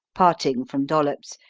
parting from dollops,